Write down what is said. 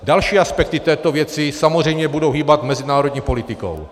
Další aspekty této věci samozřejmě budou hýbat mezinárodní politikou.